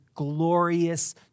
glorious